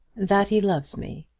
that he loves me.